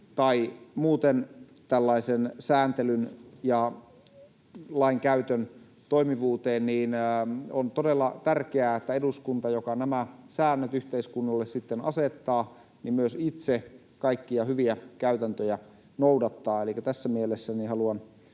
tai muuten tällaisen sääntelyn ja lainkäytön toimivuuteen, on todella tärkeää, että eduskunta, joka nämä säännöt yhteiskunnalle asettaa, myös itse kaikkia hyviä käytäntöjä noudattaa. Elikkä tässä mielessä haluan